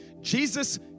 Jesus